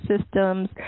systems